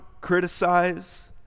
criticize